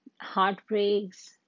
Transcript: heartbreaks